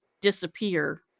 disappear